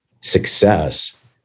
success